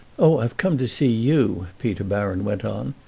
oh, i've come to see you, peter baron went on,